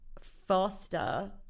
faster